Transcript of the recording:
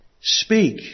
Speak